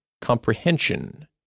comprehension